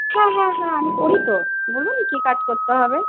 হ্যাঁ হ্যাঁ হ্যাঁ আমি করি তো বলুন কী কাজ করতে হবে